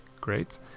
Great